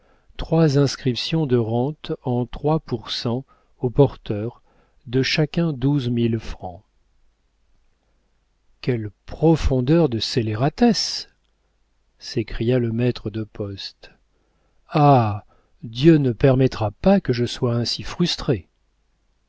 trois inscriptions de rentes en trois pour cent au porteur de chacune douze mille francs quelle profondeur de scélératesse s'écria le maître de poste ah dieu ne permettra pas que je sois ainsi frustré